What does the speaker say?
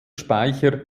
speicher